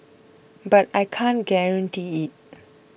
but I can't guarantee it